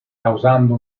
causando